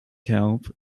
help